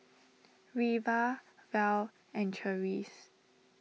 Reva Val and Charisse